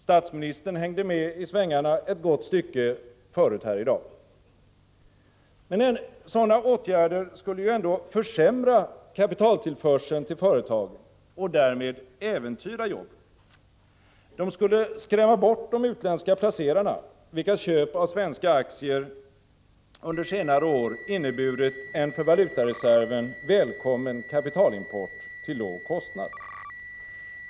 Statsministern hängde med i svängarna ett gott stycke förut här i dag. Ändå skulle sådana åtgärder försämra kapitaltillförseln till företagen och därmed äventyra jobben. De skulle skrämma bort de utländska placerarna, vilkas köp av svenska aktier under senare år inneburit en för valutareserven välkommen kapitalimport till låg kostnad.